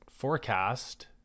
forecast